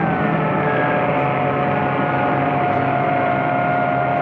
ah